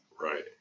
Right